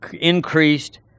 increased